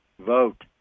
vote